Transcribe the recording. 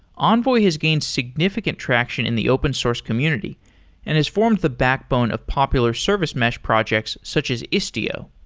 envoy has gained significant traction in the open source community and has formed the backbone of popular service mesh projects such as istio.